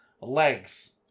legs